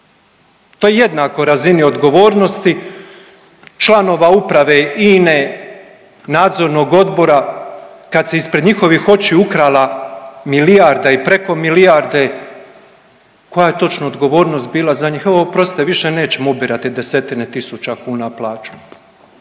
To je jednako razini odgovornosti članove Uprave INA-e, nadzornog odbora kad se ispred njihovih očiju ukrala milijarda i preko milijarde. Koja je točno odgovornost bila za njih? Evo oprostite više nećemo ubirati desetine tisuća kuna plaću.